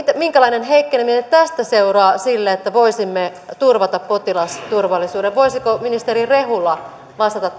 minkälainen heikkeneminen tästä seuraa siinä että voisimme turvata potilasturvallisuuden voisiko ministeri rehula vastata